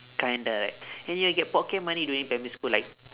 kinda right and he will get pocket money during primary school like